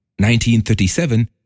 1937